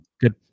good